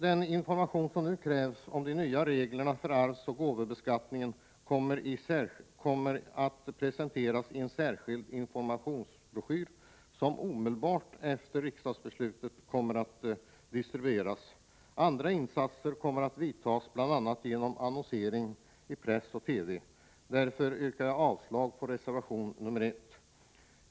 Den information som nu krävs om de nya reglerna för arvsoch gåvobeskattning kommer att presenteras i en särskild informationsbroschyr, som skall distribueras omedelbart efter riksdagsbeslutet. Andra insatser kommer att vidtas, bl.a. annonsering i press och TV. Därför yrkar jag avslag på reservation nr 1.